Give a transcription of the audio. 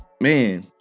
man